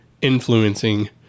influencing